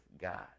God